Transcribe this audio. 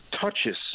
touches